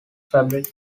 fabric